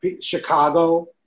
Chicago